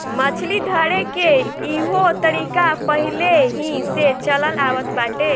मछली धरेके के इहो तरीका पहिलेही से चलल आवत बाटे